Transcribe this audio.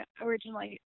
originally